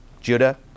Judah